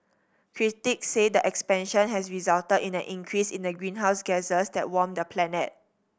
critics say the expansion has resulted in an increase in the greenhouse gases that warm the planet